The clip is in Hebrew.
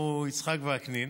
של עבדך הנאמן.